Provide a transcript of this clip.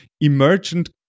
emergent